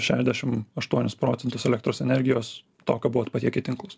šedešim aštuonis procentus elektros energijos to ko buvot patiekę į tinklus